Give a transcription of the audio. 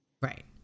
Right